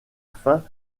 fin